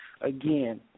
again